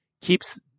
keeps